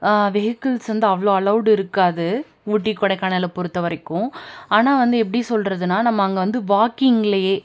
vehicles வந்து அவ்வளோ allowed இருக்காது ஊட்டி கொடைக்கானலை பொறுத்த வரைக்கும் ஆனால் வந்து எப்படி சொல்கிறதுன்னா நம்ம அங்கே வந்து வாக்கிங்லேயே